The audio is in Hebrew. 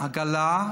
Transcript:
עגלה.